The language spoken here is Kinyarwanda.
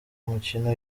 umukino